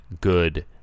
good